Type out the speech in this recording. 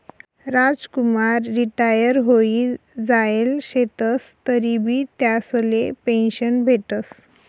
Ramkumar retire व्हयी जायेल शेतंस तरीबी त्यासले पेंशन भेटस